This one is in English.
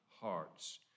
hearts